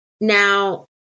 now